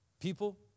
People